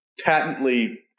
Patently